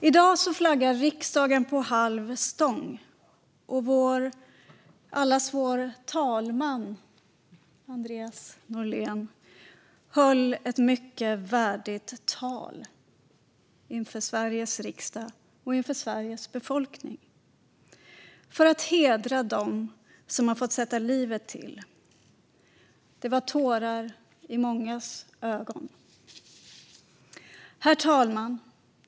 I dag flaggar riksdagen på halv stång, och allas vår talman Andreas Norlén höll ett mycket värdigt tal inför Sveriges riksdag och inför Sveriges befolkning för att hedra dem som har fått sätta livet till. Det var tårar i mångas ögon. Herr talman!